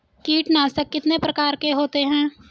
कीटनाशक कितने प्रकार के होते हैं?